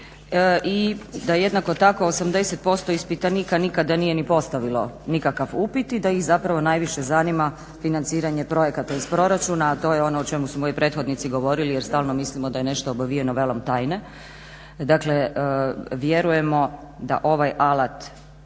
i da jednako tako 80% ispitanika nikada nije ni postavilo nikakav upit i da ih zapravo najviše zanima financiranje projekata iz proračuna, a to je ono o čemu su moji prethodnici govorili jel stalno mislimo da je nešto obavijeno velom tajne. Dakle, vjerujemo da ovaj alat